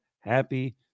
happy